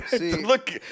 Look